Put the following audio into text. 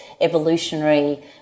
evolutionary